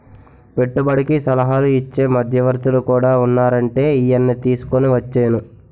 పెట్టుబడికి సలహాలు ఇచ్చే మధ్యవర్తులు కూడా ఉన్నారంటే ఈయన్ని తీసుకుని వచ్చేను